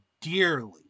dearly